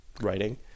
writing